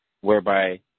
whereby